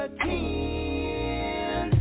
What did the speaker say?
teen